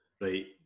Right